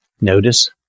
Notice